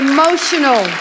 Emotional